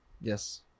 Yes